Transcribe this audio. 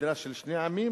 מדינה של שני עמים?